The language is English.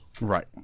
Right